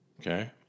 Okay